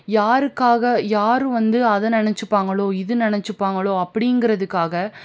யாருக்காக யாரும் வந்து அதை நினச்சிப்பாங்களோ இது நினச்சிப்பாங்களோ அப்படிங்கிறதுக்காக